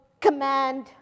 command